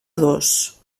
dos